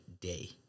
day